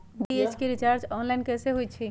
DTH के recharge online कैसे होईछई?